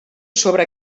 sobre